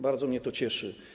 Bardzo mnie to cieszy.